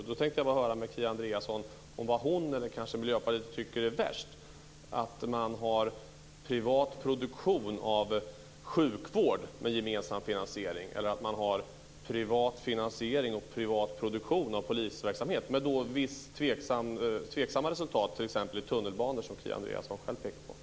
Vad tycker Kia Andreasson och Miljöpartiet är värst, att man har privat produktion av sjukvård med gemensam finansiering eller att man har privat finansiering och privat produktion av polisverksamhet? Det senare har ju gett en del tveksamma resultat, t.ex. när det gäller tunnelbanan, som Kia Andreasson själv pekade på.